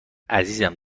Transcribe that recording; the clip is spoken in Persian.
عزیزم